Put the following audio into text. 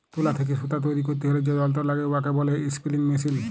তুলা থ্যাইকে সুতা তৈরি ক্যইরতে হ্যলে যে যল্তর ল্যাগে উয়াকে ব্যলে ইস্পিলিং মেশীল